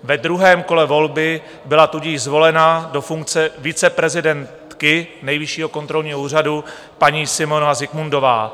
Ve druhém kole volby byla tudíž zvolena do funkce viceprezidentky Nejvyššího kontrolního úřadu paní Simeona Zikmundová.